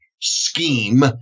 scheme